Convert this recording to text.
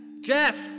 Jeff